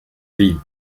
vie